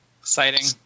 exciting